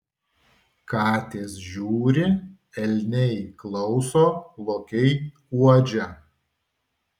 katės žiūri elniai klauso lokiai uodžia